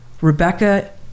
Rebecca